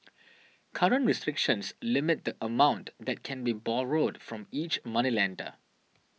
current restrictions limit the amount that can be borrowed from each moneylender